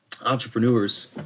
entrepreneurs